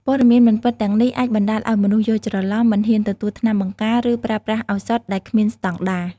ព័ត៌មានមិនពិតទាំងនេះអាចបណ្តាលឲ្យមនុស្សយល់ច្រឡំ មិនហ៊ានទទួលថ្នាំបង្ការ ឬប្រើប្រាស់ឱសថដែលគ្មានស្តង់ដារ។